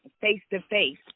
face-to-face